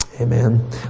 Amen